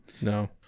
No